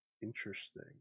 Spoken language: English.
Interesting